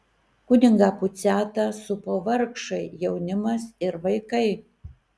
kunigą puciatą supo vargšai jaunimas ir vaikai